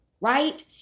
right